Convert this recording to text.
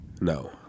No